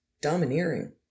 domineering